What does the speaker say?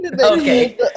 Okay